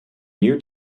new